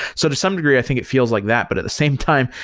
so to some degree, i think it feels like that. but at the same time,